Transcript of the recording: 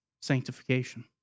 sanctification